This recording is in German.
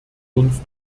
uns